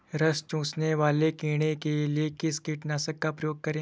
रस चूसने वाले कीड़े के लिए किस कीटनाशक का प्रयोग करें?